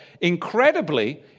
Incredibly